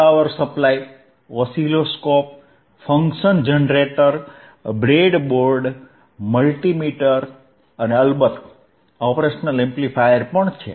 power supply oscilloscope function generator breadboard multimeter અને અલબત્ત operational amplifier પણ છે